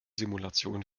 simulation